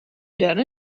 done